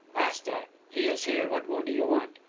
basta! he is here what more do you want?